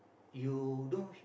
you do